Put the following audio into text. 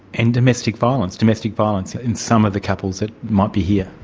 and domestic violence domestic violence in some of the couples that might be here.